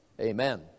Amen